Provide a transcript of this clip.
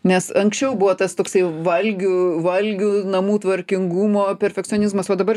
nes anksčiau buvo tas toksai valgių valgių namų tvarkingumo perfekcionizmas o dabar